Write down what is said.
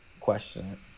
question